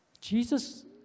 Jesus